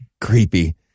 Creepy